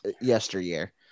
yesteryear